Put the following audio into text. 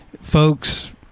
folks